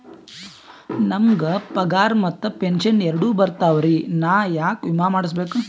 ನಮ್ ಗ ಪಗಾರ ಮತ್ತ ಪೆಂಶನ್ ಎರಡೂ ಬರ್ತಾವರಿ, ನಾ ಯಾಕ ವಿಮಾ ಮಾಡಸ್ಬೇಕ?